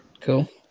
Cool